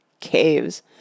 Caves